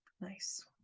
Nice